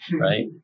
right